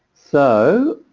so